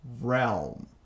realm